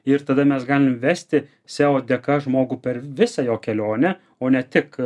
ir tada mes galim vesti seo dėka žmogų per visą jo kelionę o ne tik